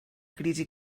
crisi